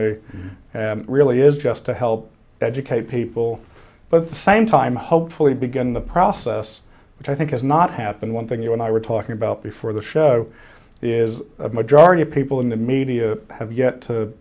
me really is just to help educate people but at the same time hopefully begin the process which i think has not happened one thing you and i were talking about before the show is a majority of people in the media have yet